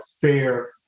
fair